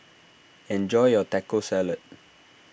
enjoy your Taco Salad